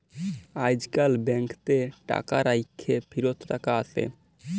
আইজকাল ব্যাংকেতে টাকা রাইখ্যে ফিরত টাকা আসে